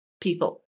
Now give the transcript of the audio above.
people